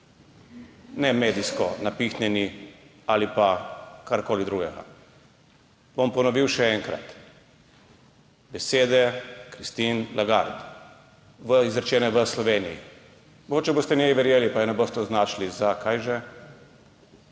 ne medijsko napihnjeni ali pa karkoli drugega. Še enkrat bom ponovil besede Christine Lagarde, izrečene v Sloveniji, mogoče boste njej verjeli in je ne boste označili za kaj že.